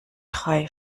drei